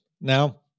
Now